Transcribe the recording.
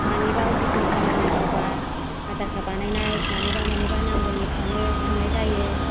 मानिबा अफिसनि खामानि मावब्ला आधार कार्ड बानायनाय मानिबा मानिबा नांगौनि थाङो थांनाय जायो